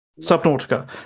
subnautica